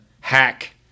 hack